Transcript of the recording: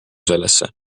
sellesse